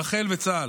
רח"ל וצה"ל.